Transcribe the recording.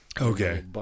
okay